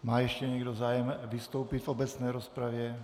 Má ještě někdo zájem vystoupit v obecné rozpravě?